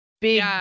big